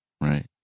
Right